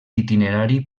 itinerari